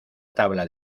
tabla